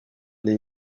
des